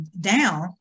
down